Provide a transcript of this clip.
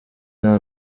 nta